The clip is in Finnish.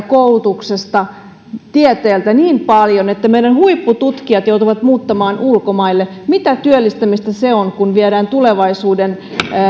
koulutuksesta ja tieteeltä niin paljon että meidän huippututkijat joutuvat muuttamaan ulkomaille mitä työllistämistä se on kun viedään tulevaisuuden